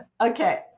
okay